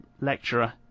lecturer